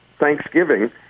Thanksgiving